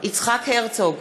יצחק הרצוג,